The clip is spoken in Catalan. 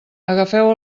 agafeu